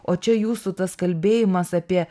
o čia jūsų tas kalbėjimas apie